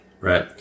Right